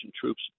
troops